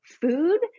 food